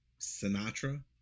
Sinatra